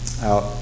Out